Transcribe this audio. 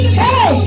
hey